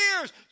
years